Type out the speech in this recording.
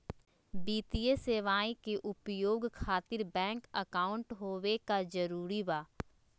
वित्तीय सेवाएं के उपयोग खातिर बैंक अकाउंट होबे का जरूरी बा?